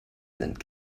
sind